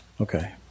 Okay